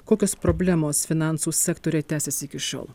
kokios problemos finansų sektoriuje tęsias iki šiol